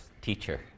teacher